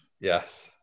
Yes